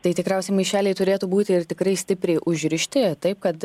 tai tikriausiai maišeliai turėtų būti ir tikrai stipriai užrišti taip kad